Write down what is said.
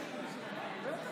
אין דבר